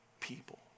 people